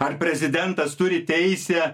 ar prezidentas turi teisę